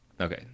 okay